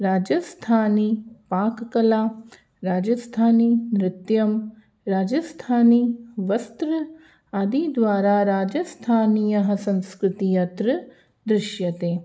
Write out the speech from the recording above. राजस्थानीपाककला राजस्थानीनृत्यं राजस्थानीवस्त्र आदिद्वारा राजस्थानीयः संस्कृतिः अत्र दृश्यते